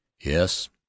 Yes